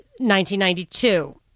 1992